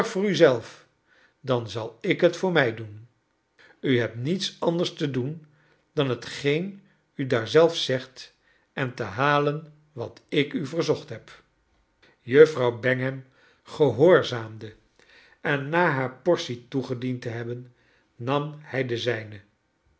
voor u zelf dan zal ik het voor mij doen u hebt niets anders te doen dan hetgeen u daar zelf zegt en te halen wat ik u verzocht heb juffrouw bangham gehoorzaamde en na haar haar portie toegediend te hebben nam hij de zijne